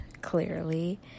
clearly